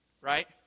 right